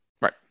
Right